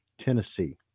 Tennessee